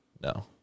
No